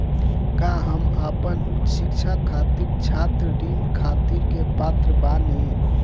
का हम अपन उच्च शिक्षा खातिर छात्र ऋण खातिर के पात्र बानी?